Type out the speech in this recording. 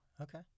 Okay